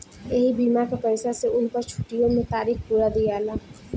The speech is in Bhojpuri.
ऐही बीमा के पईसा से उनकर छुट्टीओ मे तारीख पुरा दियाला